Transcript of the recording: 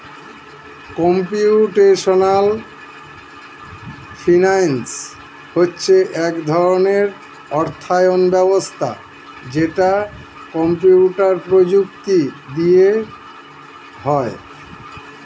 computational finance হচ্ছে এক ধরণের অর্থায়ন ব্যবস্থা যেটা কম্পিউটার প্রযুক্তি দিয়ে হয়